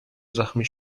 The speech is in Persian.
زخمی